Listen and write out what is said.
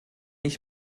ich